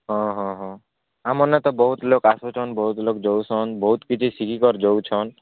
ହଁ ହଁ ହଁ ଆମର୍ ନା ତ ବହୁତ ଲୋକ୍ ଆସୁଛନ୍ ବହୁତ ଲୋକ ଯାଉଁଛନ୍ ବହୁତ କିଛି ଶିଖିକରି ଯାଉଁଛନ୍